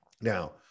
Now